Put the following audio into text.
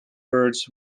birds